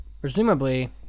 presumably